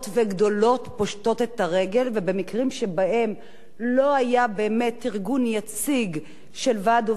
ובמקרים שבהם לא היה באמת ארגון יציג של ועד עובדים שיגן על אותן זכויות